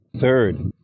Third